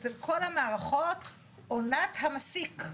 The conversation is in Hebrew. אצל כל המערכות עונת המסיק.